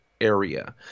area